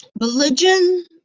Religion